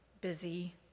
busy